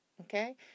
Okay